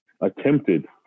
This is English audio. attempted